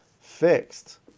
fixed